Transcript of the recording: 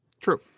True